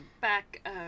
back